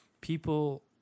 people